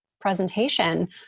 presentation